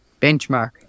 benchmark